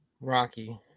Rocky